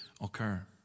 occur